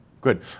good